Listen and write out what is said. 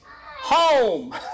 Home